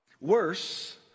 Worse